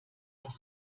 das